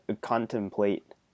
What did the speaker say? contemplate